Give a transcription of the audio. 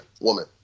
woman